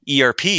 ERP